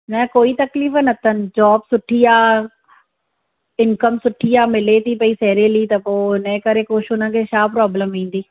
न कोई तकलीफ़ न अथन जॉब सुठी आहे इनकम सुठी आहे मिले थी पई सेलेली त पोइ हुनजे करे कुझु उनखे छा प्रॉब्लेम ईंदी